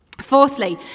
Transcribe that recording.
Fourthly